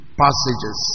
passages